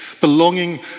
belonging